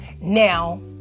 Now